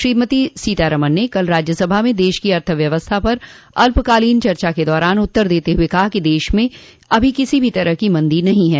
श्रीमती सीतारमन ने कल राज्यसभा में देश की अर्थव्यवस्था पर अल्पकालीन चर्चा के दौरान उत्तर देते हुए कहा कि देश में अभी किसी भी तरह की मंदी नहीं है